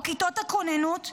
או כיתות הכוננות?